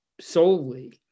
solely